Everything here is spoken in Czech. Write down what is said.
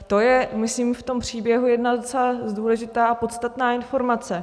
To je, myslím, v tom příběhu jedna docela důležitá a podstatná informace.